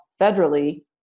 federally